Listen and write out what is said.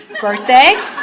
birthday